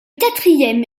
quatrième